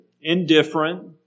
indifferent